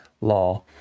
law